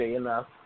enough